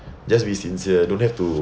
just be sincere don't have to